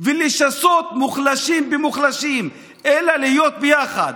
ולשסות מוחלשים במוחלשים, אלא להיות ביחד.